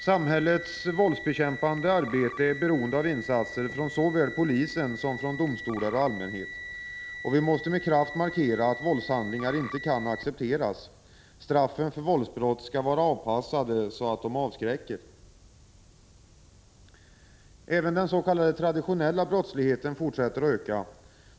Samhällets våldsbekämpande arbete är beroende av insatser från såväl polisen som domstolar och allmänhet. Vi måste med kraft markera att våldshandlingar inte kan accepteras. Straffen för våldsbrott skall vara avpassade så att de avskräcker. Även den s.k. traditionella brottsligheten fortsätter att öka.